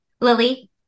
Lily